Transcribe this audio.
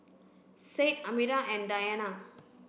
Said Amirah and Diyana